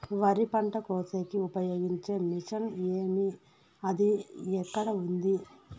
వరి పంట కోసేకి ఉపయోగించే మిషన్ ఏమి అది ఎక్కడ ఉంది?